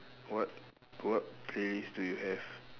what what playlist do you have